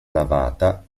navata